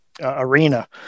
arena